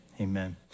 amen